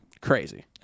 crazy